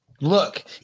Look